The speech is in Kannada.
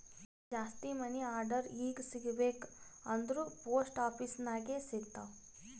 ಜಾಸ್ತಿ ಮನಿ ಆರ್ಡರ್ ಈಗ ಸಿಗಬೇಕ ಅಂದುರ್ ಪೋಸ್ಟ್ ಆಫೀಸ್ ನಾಗೆ ಸಿಗ್ತಾವ್